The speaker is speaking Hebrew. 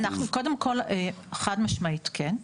קודם כל, חד משמעית כן.